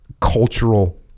cultural